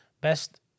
Best